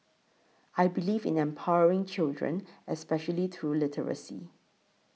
I believe in empowering children especially through literacy